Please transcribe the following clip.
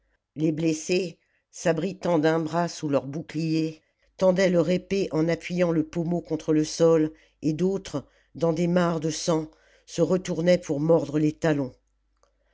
les blessés s'abritant d'un bras sous leur bouclier tendaient leur épée en appuyant le pommeau contre le sol et d'autres dans des mares de sang se retournaient pour mordre les talons